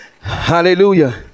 hallelujah